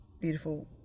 beautiful